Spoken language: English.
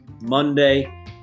Monday